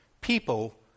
people